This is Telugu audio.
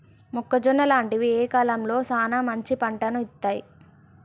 మొక్కజొన్న లాంటివి ఏ కాలంలో సానా మంచి పంటను ఇత్తయ్?